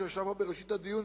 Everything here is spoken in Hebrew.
שישב פה בראשית הדיון,